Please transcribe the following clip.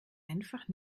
einfach